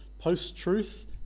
post-truth